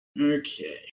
Okay